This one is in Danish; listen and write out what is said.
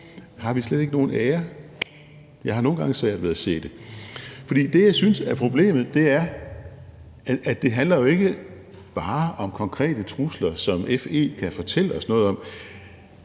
Har vi slet ikke nogen ære? Jeg har nogle gange svært ved at se det. For det, som jeg synes er problemet, er, at det ikke bare handler om konkrete trusler, som FE kan fortælle os noget om,